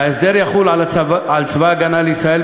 ההסדר יחול על צבא הגנה לישראל,